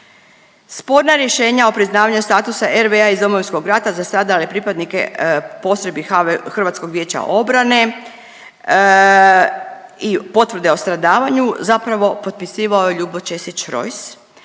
Sporna rješenja o priznavanju statusa RV-a iz Domovinskog rata za stradale pripadnike postrojbi HV, Hrvatskog vijeća obrane i potvrde o stradavanju zapravo potpisivao je Ljubo Ćesić Rojs,